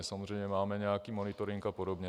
Samozřejmě máme nějaký monitoring apod.